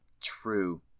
True